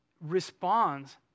responds